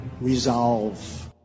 resolve